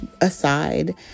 aside